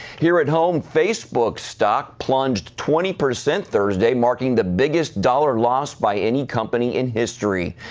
here at home, facebook's stock plunged twenty percent thursday, marking the biggest dollar loss by any company in history.